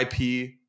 IP